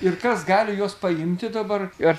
ir kas gali juos paimti dabar ar